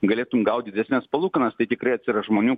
galėtum gaut didesnes palūkanas tai tikrai atsiras žmonių